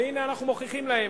והנה אנחנו מוכיחים להם,